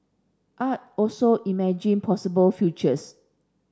art also imagine possible futures